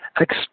Ex